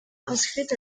inscrite